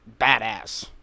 badass